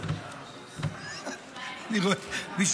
חמש דקות,